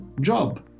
job